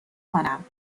کنم